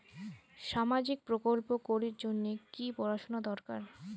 সামাজিক প্রকল্প করির জন্যে কি পড়াশুনা দরকার?